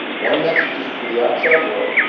one message is for the outside world,